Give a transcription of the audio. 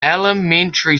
elementary